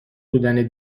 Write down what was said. بودن